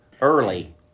early